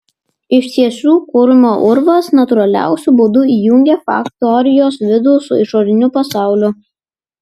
iš tiesų kurmio urvas natūraliausiu būdu jungė faktorijos vidų su išoriniu pasauliu